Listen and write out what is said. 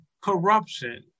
corruption